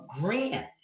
grant